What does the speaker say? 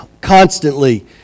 Constantly